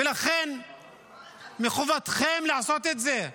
ולכן מחובתכם לעשות את זה.